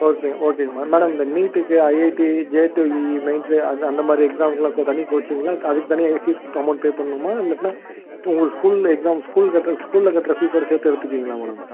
okay okay madam இந்த நீட்க்கு IIT JEE mains அந்த அந்தமாதிரி எக்ஸாமுக்குலாம் தனி கோச்சிங்கில அதற்கு தனியாக ஃபீஸ் அமௌன்ட் பே பண்ணணுமா இல்லாட்டின்னா உங்கள் ஸ்கூலில் எக்ஸாம் ஸ்கூல் கட்டுற ஸ்கூலில் கட்டுற ஃபீஸ்ஸோட சேர்த்து எடுத்துக்குவீங்களா மேடம்